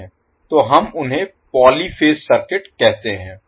तो हम उन्हें पॉली फेज सर्किट कहते हैं